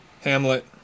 Hamlet